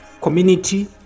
community